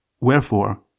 Wherefore